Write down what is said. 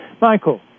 Michael